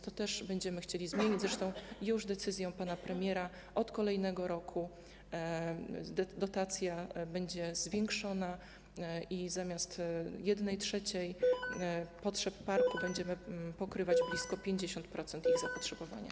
To też będziemy chcieli zmienić, zresztą decyzją pana premiera już od kolejnego roku dotacja będzie zwiększona i zamiast 1/3 potrzeb parków będziemy pokrywać blisko 50% ich zapotrzebowania.